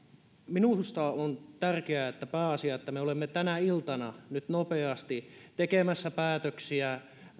minusta on tärkeää ja pääasia että me olemme tänä iltana nyt nopeasti tekemässä päätöksiä